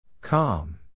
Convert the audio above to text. Calm